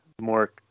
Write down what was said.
more –